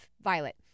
violet